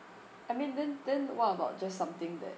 I mean then then what about just something that